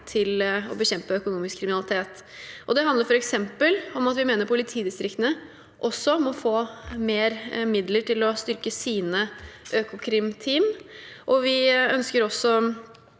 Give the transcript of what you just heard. for å bekjempe økonomisk kriminalitet. Det handler f.eks. om at vi mener at politidistriktene også må få mer midler til å styrke sine Økokrim-team. Vi ønsker også